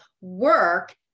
work